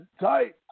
tight